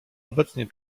obecnie